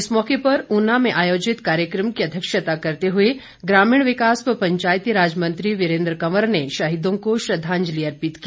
इस मौके पर ऊना में आयोजित कार्यक्रम की अध्यक्षता करते हए ग्रामीण विकास व पंचायतीराज मंत्री वीरेन्द्र कंवर ने शहीदों को श्रद्वांजलि अर्पित की